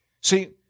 See